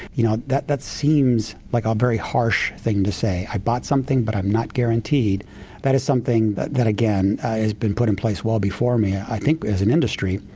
you know, that that seems like a very harsh thing to say i bought something but i'm not guaranteed that is something that that again has been put in place well before me, i think as an industry.